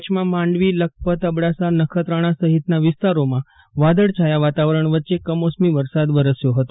કચ્છમાં માંડવીલખપત અબડાસા નખત્રાણા સફિતના વિસ્તારોમાં વાદળછાયા વાતાવરણ વચ્ચે કમોસમી વરસાદ વરસ્યો હતો